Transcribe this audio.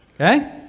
okay